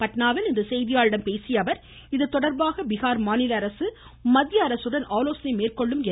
பாட்னாவில் இன்று செய்தியாளர்களிடம் பேசிய அவர் இதுதொடர்பாக பீகார் மாநில அரசு மத்திய அரசுடன் ஆலோசனை மேற்கொள்ளும் என்றார்